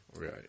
Right